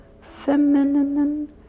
feminine